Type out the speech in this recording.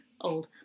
Old